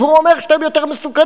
והוא אומר שאתם יותר מסוכנים.